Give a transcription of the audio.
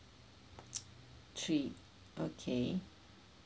three okay